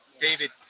David